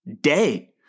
day